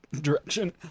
direction